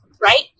right